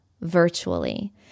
virtually